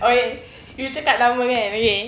okay you cakap lama kan okay